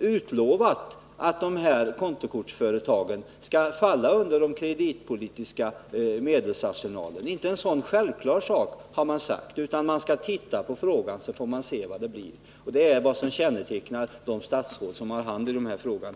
utlovades att de här kontokortsföretagen skulle falla under den kreditpolitiska medelsarsenalen. Inte ens en så självklar sak har man gått med på, utan man skall bara ”titta på” frågan, så får man se vad det kan bli. Detta är vad som kännetecknar de statsråd som har hand om denna fråga.